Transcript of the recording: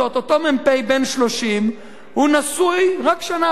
אותו מ"פ בן 30 נשוי רק שנה אחת,